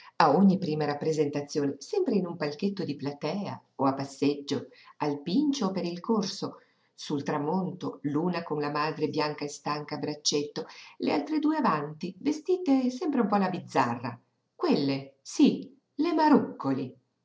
a ogni prima rappresentazione sempre in un palchetto di platea o a passeggio al pincio o per il corso sul tramonto l'una con la madre bianca e stanca a braccetto le altre due avanti vestite sempre un po alla bizzarra quelle sí le marúccoli